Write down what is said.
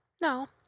no